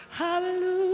hallelujah